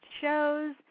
shows